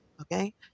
okay